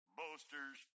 boasters